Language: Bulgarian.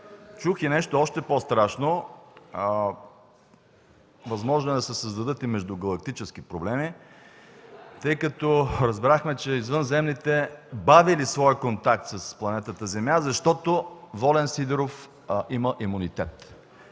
Чух и нещо още по-страшно: възможно е да се създадат и междугалактически проблеми (смях, оживление), защото разбрахме, че извънземните бавели своя контакт с планетата Земя, защото Волен Сидеров имал имунитет.